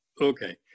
okay